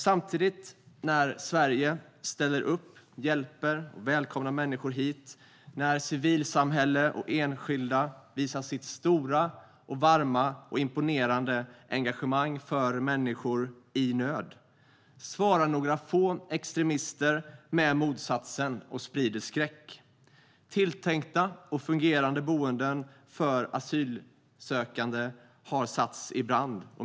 Samtidigt när Sverige ställer upp, hjälper och välkomnar människor hit, när civilsamhälle och enskilda visar sitt stora, varma och imponerande engagemang för människor i nöd, svarar några få extremister med motsatsen och sprider skräck. Tilltänkta och fungerande boenden för asylsökande har satts i brand.